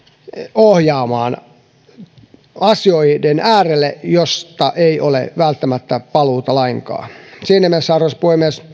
ohjaamaan sellaisten asioiden äärelle mistä ei ole välttämättä paluuta lainkaan siinä mielessä arvoisa puhemies